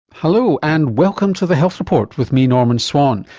hello and welcome to the health report with me, norman swan.